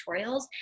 tutorials